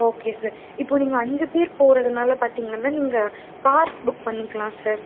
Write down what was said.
okay sir இப்போ நீங்கள் அஞ்சு பேர் போகிறதுனால பார்த்தீங்கன்னா நீங்கள் கார் புக் பண்ணிக்கலாம் சார்